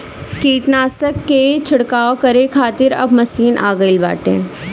कीटनाशक के छिड़काव करे खातिर अब मशीन आ गईल बाटे